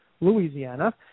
Louisiana